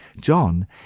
John